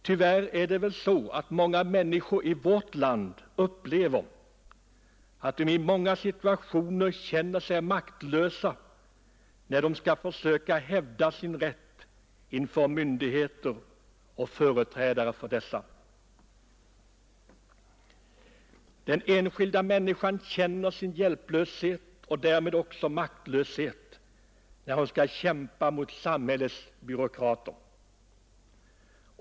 Tyvärr är det så att många människor i vårt land upplever att de i många situationer står maktlösa när de skall försöka hävda sin rätt inför myndigheter och företrädare för dessa. Den enskilda människan känner sin hjälplöshet och därmed också maktlöshet när hon skall kämpa mot samhällets byråkrater.